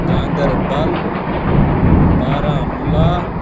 Ganderbal Baramulla